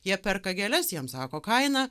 jie perka gėles jiem sako kainą